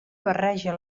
barreja